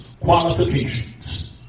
qualifications